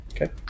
Okay